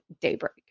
daybreak